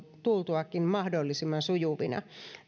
tultuakin mahdollisimman sujuvina